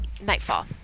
nightfall